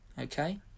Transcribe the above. Okay